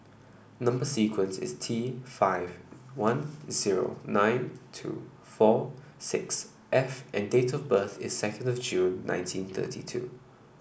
number sequence is T five one zero nine two four six F and date of birth is second of June nineteen thirty two